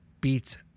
beats